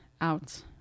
out